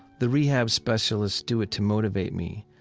the rehab specialists do it to motivate me.